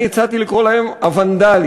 אני הצעתי לקרוא להן הוונדלים,